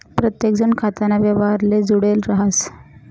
प्रत्येकजण खाताना व्यवहारले जुडेल राहस